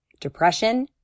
depression